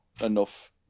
enough